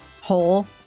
whole